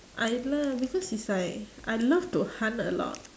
I love because it's like I love to hunt a lot